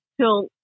till